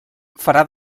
farà